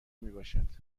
میباشد